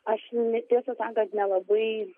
aš tiesą sakant nelabai